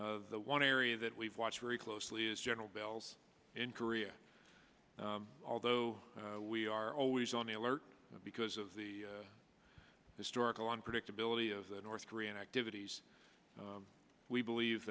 of the one area that we've watched very closely is general bells in korea although we are always on the alert because of the historical unpredictability of the north korean activities we believe